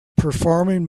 performing